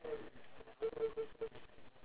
ya true